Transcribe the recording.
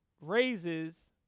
raises